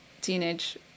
teenage